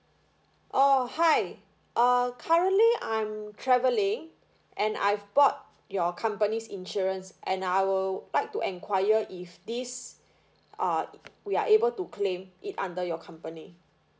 oh hi uh currently I'm traveling and I've bought your company's insurance and I'd like to enquire if this uh we are able to claim it under your company